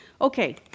Okay